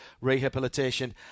rehabilitation